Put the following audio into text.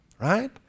right